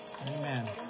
Amen